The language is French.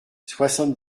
soixante